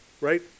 right